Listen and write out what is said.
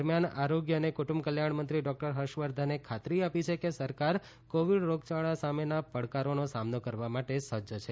દરમિયાન આરોગ્ય અને કુટુંબ કલ્યાણમંત્રી ડોક્ટર હર્ષવર્ધને ખાતરી આપી છે કે સરકાર કોવિડ રોગયાળા સામેના પડકારોનો સામનો કરવા માટે સજ્જ છે